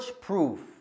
proof